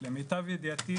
למיטב ידיעתי,